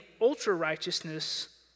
ultra-righteousness